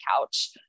couch